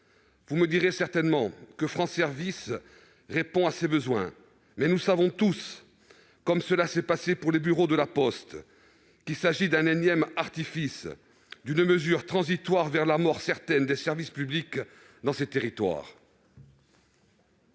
Vous me direz certainement que France Services répond à ces besoins, mais nous savons tous, comme cela s'est passé pour les bureaux de poste, qu'il s'agit d'un énième artifice, d'une mesure transitoire vers la mort certaine des services publics dans ces territoires.